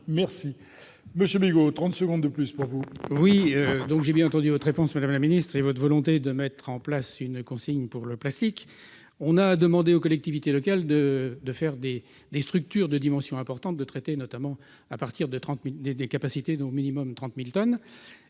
Merci Monsieur Migaud 30 secondes de plus pour vous. Oui, donc j'ai bien entendu votre réponse, Madame la ministre et votre volonté de mettre en place une consigne pour le plastique, on a demandé aux collectivités locales de de faire des des structures de dimension importante de traiter, notamment à partir de 30000 des des capacités d'au minimum 30000 tonnes